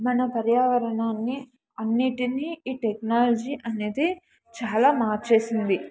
మన పర్యావరణాన్ని అన్నిటినీ ఈ టెక్నాలజీ అనేది చాలా మార్చేసింది